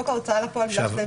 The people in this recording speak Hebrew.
בדיוק.